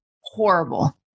horrible